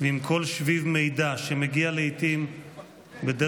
עם כל שביב מידע, שמגיע לעיתים בדרך-לא-דרך,